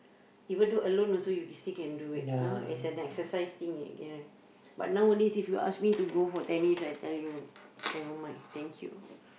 even though alone also you can still can do it you know as an exercise thing you can but nowadays if you ask me to go for tennis I tell you never mind thank you